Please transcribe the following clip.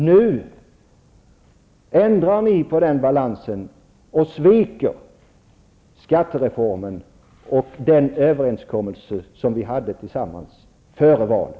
Nu ändrar ni på den balansen och sviker skattereformen och den överenskommelse som vi gjorde tillsammans före valet.